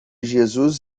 jesus